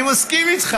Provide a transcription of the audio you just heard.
אני מסכים איתך.